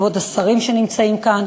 כבוד השרים שנמצאים כאן,